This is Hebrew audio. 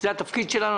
זה התפקיד שלנו,